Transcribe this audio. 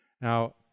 Now